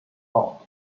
bouts